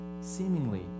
seemingly